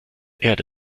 erde